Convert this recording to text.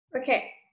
Okay